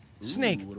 Snake